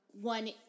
one